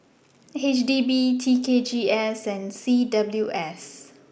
HDB TKGS and CWS